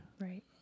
Right